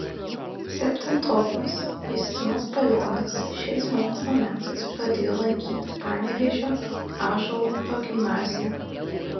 septintokas justinas palionis šiais mokslo metais pradėjo lankyti panevėžio ąžuolo progimnaziją